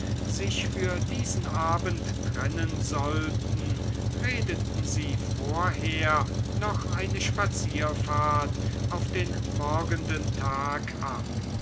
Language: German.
sich für diesen abend trennen sollten redeten sie vorher noch eine spazierfahrt auf den morgenden tag ab